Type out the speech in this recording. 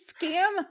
scam